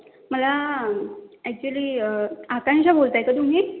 मला ॲक्चुअली आकांशा बोलताय का तुम्ही